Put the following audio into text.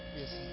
Yes